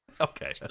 Okay